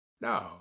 No